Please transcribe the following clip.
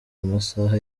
amasaha